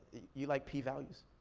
you like p values?